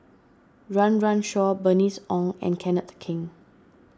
Run Run Shaw Bernice Ong and Kenneth Keng